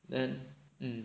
then mm